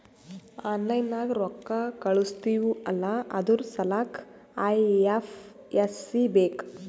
online ನಾಗ್ ರೊಕ್ಕಾ ಕಳುಸ್ತಿವ್ ಅಲ್ಲಾ ಅದುರ್ ಸಲ್ಲಾಕ್ ಐ.ಎಫ್.ಎಸ್.ಸಿ ಬೇಕ್